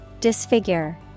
Disfigure